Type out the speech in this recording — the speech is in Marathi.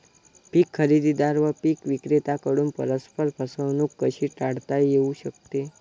पीक खरेदीदार व पीक विक्रेत्यांकडून परस्पर फसवणूक कशी टाळता येऊ शकते?